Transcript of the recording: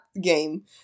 game